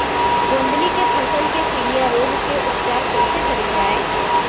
गोंदली के फसल के पिलिया रोग के उपचार कइसे करे जाये?